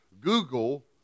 Google